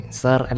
sir